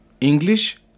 English